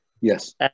Yes